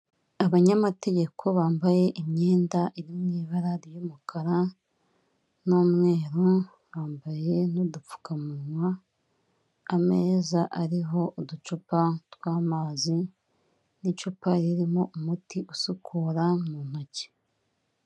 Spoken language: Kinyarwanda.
Abanyamategeko bambaye imyenda iri mu ibara ry'umukara n'umweru, bambaye n'udupfukamunwa, ameza ariho uducupa tw'amazi n'icupa ririmo umuti usukura mu ntoki.